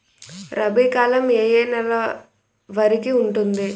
రబీ కాలం ఏ ఏ నెల వరికి ఉంటుంది?